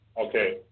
Okay